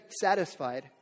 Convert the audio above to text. satisfied